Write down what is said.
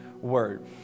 word